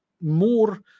more